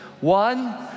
One